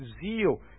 zeal